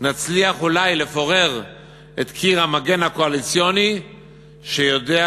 נצליח אולי לפורר את קיר המגן הקואליציוני שיודע